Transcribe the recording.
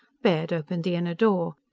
baird opened the inner door.